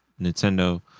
nintendo